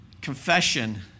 Confession